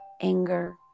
anger